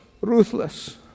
ruthless